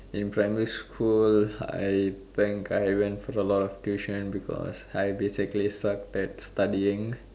in primary school I think went for a lot of tuitions because I basically sucked at studying